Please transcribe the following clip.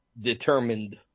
determined